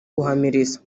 guhamiriza